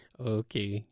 Okay